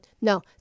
No